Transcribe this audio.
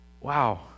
wow